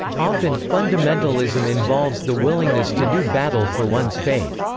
often, fundamentalism involves the willingness to do battle for one's faith.